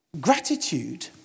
Gratitude